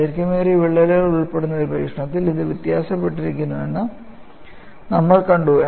ദൈർഘ്യമേറിയ വിള്ളലുകൾ ഉൾപ്പെടുന്ന ഒരു പരീക്ഷണത്തിൽ ഇത് വ്യത്യാസപ്പെട്ടിരിക്കുന്നുവെന്ന് നമ്മൾ കണ്ടു